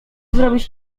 zrobić